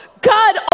God